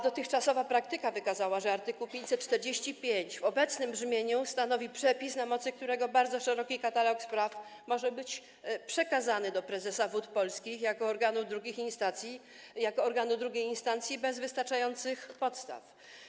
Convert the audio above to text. Dotychczasowa praktyka wykazała, że art. 545 w obecnym brzmieniu stanowi przepis, na mocy którego bardzo szeroki katalog spraw może być przekazany do prezesa Wód Polskich jako organu II instancji bez wystarczających podstaw.